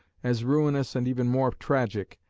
as ruinous and even more tragic,